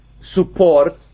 support